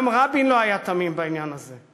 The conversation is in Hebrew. גם רבין לא היה תמים בעניין הזה.